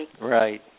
Right